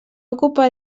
ocupar